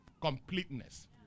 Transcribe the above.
Completeness